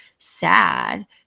sad